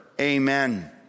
Amen